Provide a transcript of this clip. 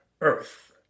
Earth